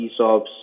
ESOPs